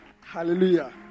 Hallelujah